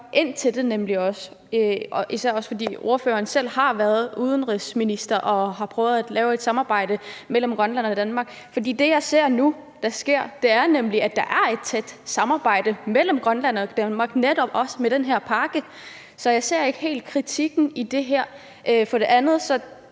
ind til det, især fordi ordføreren selv har været udenrigsminister og har prøvet at lave et samarbejde mellem Grønland og Danmark. Det, jeg ser at der sker nu, er nemlig, at der er et tæt samarbejde mellem Danmark og Grønland om netop den her pakke. Så jeg ser ikke helt kritikken af det her. For det andet